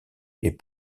est